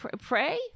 pray